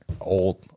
old